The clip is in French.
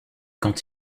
quand